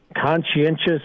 conscientious